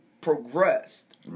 progressed